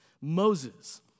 Moses